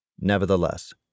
Nevertheless